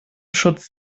schutz